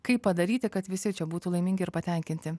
kaip padaryti kad visi čia būtų laimingi ir patenkinti